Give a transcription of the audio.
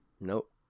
Nope